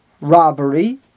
robbery